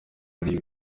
muri